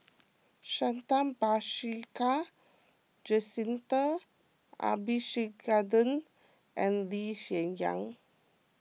Santha Bhaskar Jacintha Abisheganaden and Lee Hsien Yang